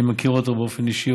אני מכיר אותו באופן אישי,